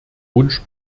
wunsch